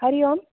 Hari Om